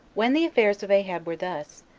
when the affairs of ahab were thus,